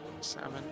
Seven